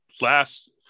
Last